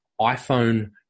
iPhone